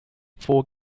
four